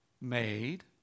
made